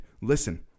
listen